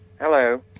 Hello